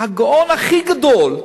הגאון הכי גדול,